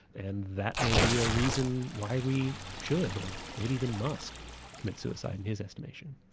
and that may be a reason why we should, or maybe even must commit suicide in his estimation.